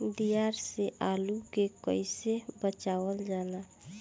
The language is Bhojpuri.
दियार से आलू के कइसे बचावल जाला?